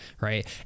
right